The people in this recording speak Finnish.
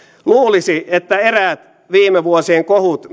luulisi että eräät viime vuosien kohut